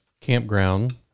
campground